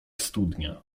studnia